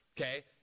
okay